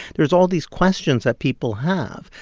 there's all these questions that people have.